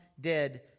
dead